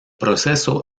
proceso